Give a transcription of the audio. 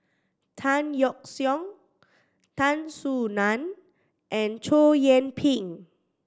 Tan Yeok Seong Tan Soo Nan and Chow Yian Ping